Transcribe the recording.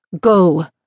Go